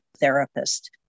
therapist